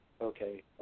okay